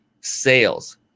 sales